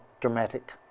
dramatic